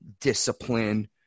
discipline